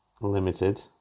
limited